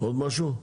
עוד משהו?